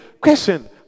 Question